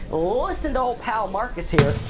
listen to ol' pal marcus here,